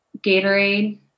Gatorade